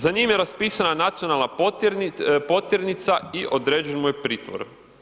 Za njih je raspisana nacionalna potjernica i određen mu je pritvor.